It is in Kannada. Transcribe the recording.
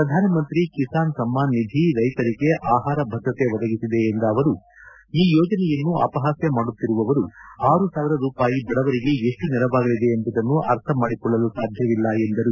ಪ್ರಧಾನಮಂತ್ರಿ ಕಿಸಾನ್ ಸಮ್ಮಾನ್ ನಿಧಿ ರೈತರಿಗೆ ಆಪಾರ ಭದ್ರತೆ ಒದಗಿಸಿದೆ ಎಂದ ಅವರು ಈ ಯೋಜನೆಯನ್ನು ಅಪಪಾಸ್ತ ಮಾಡುತ್ತಿರುವವರು ಆರು ಸಾವಿರ ರೂಪಾಯಿ ಬಡವರಿಗೆ ಎಷ್ಟು ನೆರವಾಗಲಿದೆ ಎಂಬುದನ್ನು ಅರ್ಥಮಾಡಿಕೊಳ್ಳಲು ಸಾಧ್ಯವಿಲ್ಲ ಎಂದರು